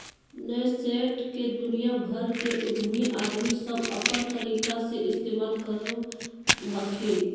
nascent के दुनिया भर के उद्यमी आदमी सब अपन तरीका से इस्तेमाल करो हखिन